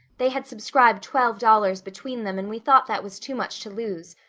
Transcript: they had subscribed twelve dollars between them and we thought that was too much to lose,